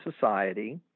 society